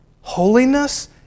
Holiness